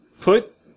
put